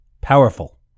powerful